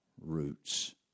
roots